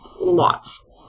lots